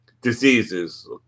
diseases